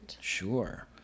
Sure